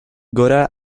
gora